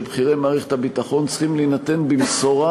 בכירי מערכת הביטחון צריכים להינתן במשורה,